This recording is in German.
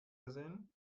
gesehen